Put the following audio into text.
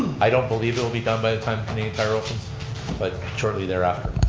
i don't believe it'll be done by the time canadian tire opens but shortly thereafter.